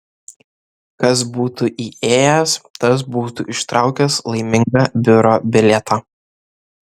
kas būtų įėjęs tas būtų ištraukęs laimingą biuro bilietą